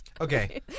Okay